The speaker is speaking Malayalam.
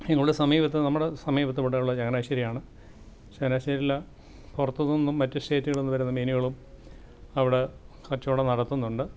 ഞങ്ങളുടെ സമീപത്ത് നമ്മുടെ സമീപത്ത് ഇവിടെ ഉള്ളത് ചങ്ങനാശ്ശേരിയാണ് ചങ്ങനാശ്ശേരിയിൽ പുറത്ത് നിന്നും മറ്റ് സ്റ്റേറ്റുകളിൽ നിന്നും വരുന്ന മീനുകളും അവിടെ കച്ചവടം നടത്തുന്നുണ്ട്